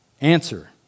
Answer